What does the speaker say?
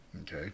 Okay